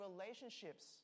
relationships